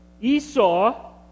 Esau